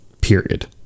period